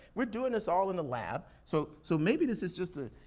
we're doing this all in the lab, so so maybe this is just a,